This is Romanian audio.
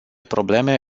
probleme